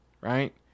right